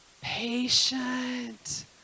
patient